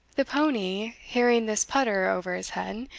the pony, hearing this pudder over his head,